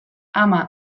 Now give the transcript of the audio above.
ama